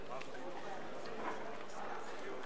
אני מזמין את